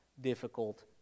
difficult